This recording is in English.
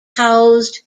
housed